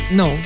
no